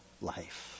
life